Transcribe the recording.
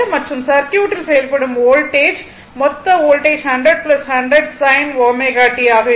மற்றும் சர்க்யூட்டில் செயல்படும் வோல்டேஜ் மொத்த வோல்ட்டேஜ் 100 100 sin ω t ஆக இருக்கும்